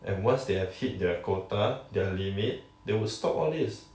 and once they have hit their quota their limit they will stop all these